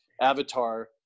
avatar